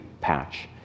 patch